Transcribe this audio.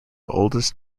oldest